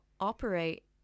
operate